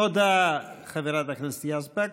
תודה, חברת הכנסת יזבק.